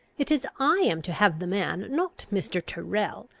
it is i am to have the man, not mr. tyrrel.